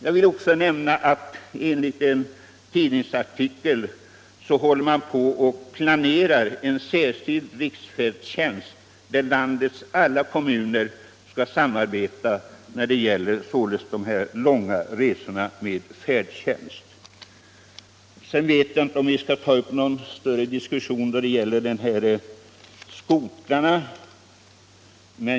Jag kan också nämna att enligt en tidningsartikel planeras en särskild riksfärdtjänst där landets alla kommuner skall samarbeta när det gäller de långa resorna med färdtjänst. Jag vet inte om vi skall ta upp någon större diskussion när det gäller skotrarna.